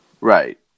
Right